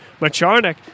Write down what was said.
Macharnik